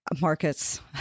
markets